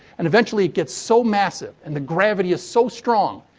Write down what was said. and, eventually, it gets so massive, and the gravity is so strong,